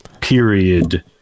period